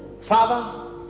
father